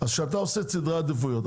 אז כשאתה עושה סדרי עדיפויות,